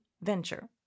venture